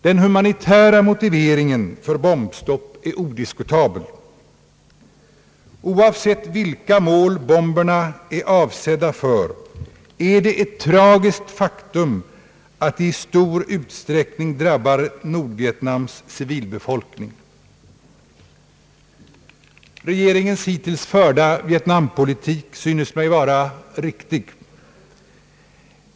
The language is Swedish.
Den humanitära motiveringen för bombstopp är odiskutabel. Oavsett vilka mål bomberna är avsedda för, är det ett tragiskt faktum att de i stor utsträckning drabbar Nordvietnams civilbefolkning. Regeringens hittills förda vietnampolitik synes mig vara riktig.